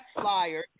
flyer